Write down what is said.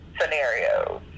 scenarios